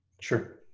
Sure